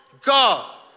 God